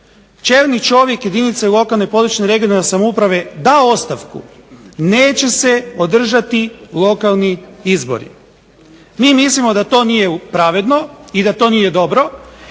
čelni čovjek jedinice lokalne, područne (regionalne) samouprave je dao ostavku neće se održati lokalni izbori. Mi mislimo da to nije pravedno i da to nije dobro,